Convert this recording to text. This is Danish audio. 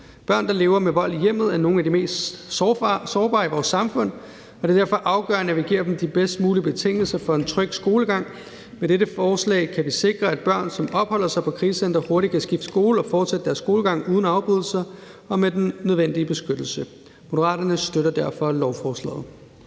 Børn, der lever med vold i hjemmet, er nogle af de mest sårbare i vores samfund, og det er derfor afgørende, at vi giver dem de bedst mulige betingelser for en tryg skolegang. Med dette forslag kan vi sikre, at børn, som opholder sig på et krisecenter, hurtigt kan skifte skole og fortsætte deres skolegang uden afbrydelser og med den nødvendige beskyttelse. Moderaterne støtter derfor lovforslaget.